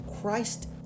Christ